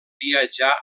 viatjà